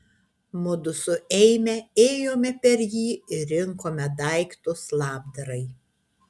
mudu su eime ėjome per jį ir rinkome daiktus labdarai